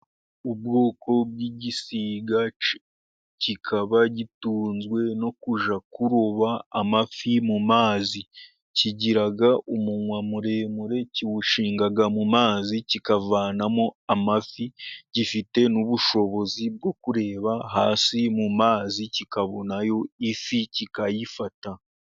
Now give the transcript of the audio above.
Ubwoko bw'igisiga kikaba gitunzwe no kujya kuroba amafi mu mazi. Kigira umunwa muremure, kiwushinga mu mazi kikavanamo amafi. Gifite n'ubushobozi bwo kureba hasi mu mazi kikabonayo ifi kikayifata.